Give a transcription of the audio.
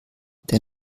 der